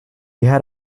had